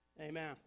amen